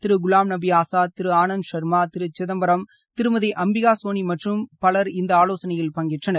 திரு குலாம்நபி ஆஸா் திரு ஆனந்த் சா்மா திரு சிதம்பரம் திருமதி அமிபிகா சோனி மற்றும் பலர் இந்த ஆலோசனையில் பங்கேற்றனர்